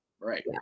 Right